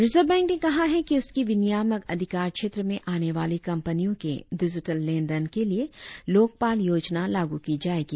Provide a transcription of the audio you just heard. reserve Bank ने कहा है कि उसके विनियामक अधिकार क्षेत्र में आने वाली कंपनियों के डिजिटल लेनदेन के लिए लोकपाल योजना लागू की जाएगी